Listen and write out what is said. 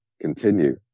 continue